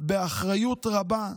באחריות רבה,